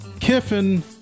Kiffin